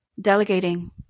Delegating